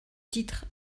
titre